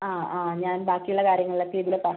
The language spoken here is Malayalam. ആ ആ ഞാൻ ബാക്കിയുള്ള കാര്യങ്ങളൊക്കേ ഇതിൽ പറ